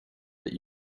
that